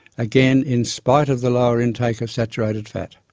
again in spite of the lower intake of saturated fat.